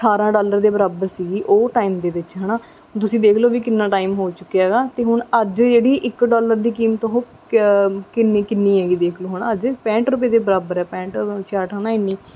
ਅਠਾਰਾਂ ਡਾਲਰ ਦੇ ਬਰਾਬਰ ਸੀਗੀ ਉਹ ਟਾਈਮ ਦੇ ਵਿੱਚ ਹੈ ਨਾ ਤੁਸੀਂ ਦੇਖ ਲਓ ਵੀ ਕਿੰਨਾ ਟਾਈਮ ਹੋ ਚੁੱਕਿਆ ਹੈਗਾ ਅਤੇ ਹੁਣ ਅੱਜ ਜਿਹੜੀ ਇੱਕ ਡੋਲਰ ਦੀ ਕੀਮਤ ਉਹ ਕਿੰਨੀ ਕਿੰਨੀ ਹੈਗੀ ਦੇਖ ਲਓ ਹੈ ਨਾ ਅੱਜ ਪੈਂਟ ਰੁਪਏ ਦੇ ਬਰਾਬਰ ਹੈ ਪੈਂਟ ਛਿਆਹਠ ਹੈ ਨਾ ਇੰਨੀ